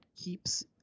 keeps